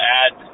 add